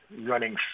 running